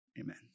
amen